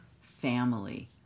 family